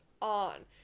on